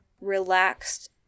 relaxed